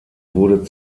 wurde